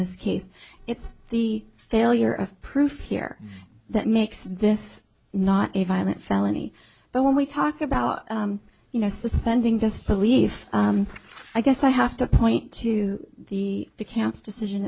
this case it's the failure of proof here that makes this not a violent felony but when we talk about you know suspending disbelief i guess i have to point to the camps decision